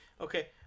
okay